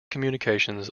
communications